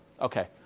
Okay